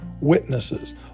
witnesses